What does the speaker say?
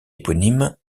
éponyme